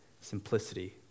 simplicity